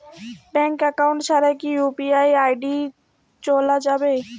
Bank account ছাড়া কি UPI ID চোলা যাবে?